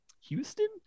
Houston